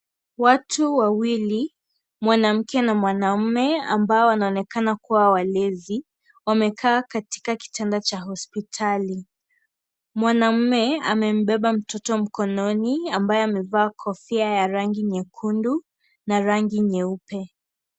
Watu wawili, mwanamke na mwanaume ambao wanaonekana kuwa walezi, wamekaa katika kitanda cha hospitali. Mwanaume amembeba mtoto mkononi, ambaye amevaa kofia ya rangi nyekundu na rangi nyeupe.